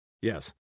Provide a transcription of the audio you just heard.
Yes